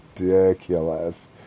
ridiculous